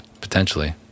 Potentially